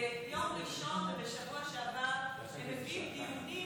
ביום ראשון בשבוע שעבר הם מביאים תיעודים